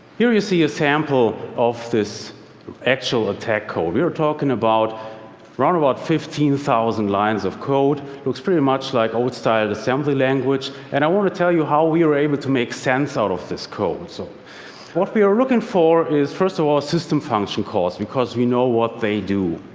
here you see a sample of this actual attack code. we are talking about around about fifteen thousand lines of code. looks pretty much like old-style assembly language. and i want to tell you how we were able to make sense out of this code. so what we were looking for is, first of all, system function calls, because we know what they do.